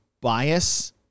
bias